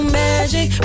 magic